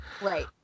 Right